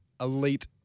elite